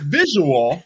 visual